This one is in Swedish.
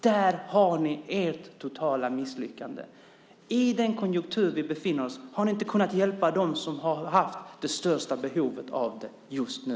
Där har ni ert totala misslyckande. I den konjunktur som vi befinner oss i har ni inte kunnat hjälpa dem som har haft det största behovet av det just nu.